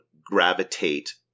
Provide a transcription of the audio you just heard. gravitate